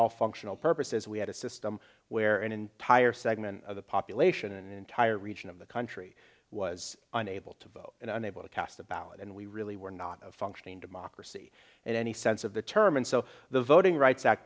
all functional purposes we had a system where an entire segment of the population an entire region of the country was unable to vote and unable to cast a ballot and we really were not a functioning democracy in any sense of the term and so the voting